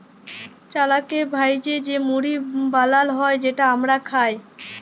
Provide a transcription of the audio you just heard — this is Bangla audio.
চালকে ভ্যাইজে যে মুড়ি বালাল হ্যয় যেট আমরা খাই